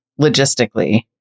logistically